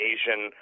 Asian